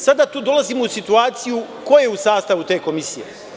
Sada tu dolazimo u situaciju ko je u sastavu te komisije.